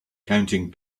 counting